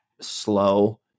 slow